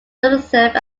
substantive